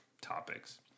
topics